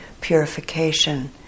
purification